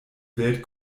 welt